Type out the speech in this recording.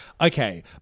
okay